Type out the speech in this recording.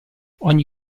ogni